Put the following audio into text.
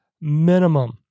minimum